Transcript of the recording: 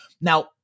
Now